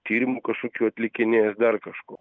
tyrimų kažkokių atlikinėjęs dar kažko